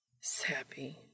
Sappy